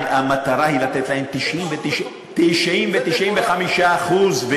המטרה היא לתת להם 90% ו-95% זה מטורף.